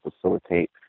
facilitate